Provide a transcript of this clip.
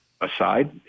aside